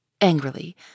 angrily